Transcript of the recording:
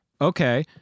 okay